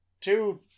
two